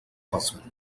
husband